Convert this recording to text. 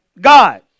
God